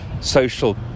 social